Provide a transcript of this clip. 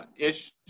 ish